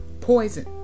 poison